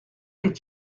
did